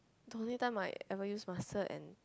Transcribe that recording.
the only time my I ever use mustard and